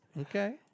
Okay